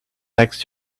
next